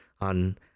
on